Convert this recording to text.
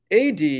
AD